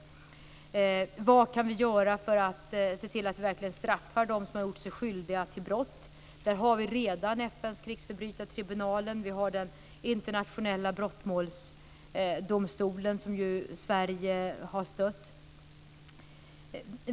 Vad kan vi göra för att se till att vi verkligen straffar dem som har gjort sig skyldiga till brott? Vi har redan FN:s krigsförbrytartribunal. Vi har den internationella brottmålsdomstolen, som ju Sverige har stött.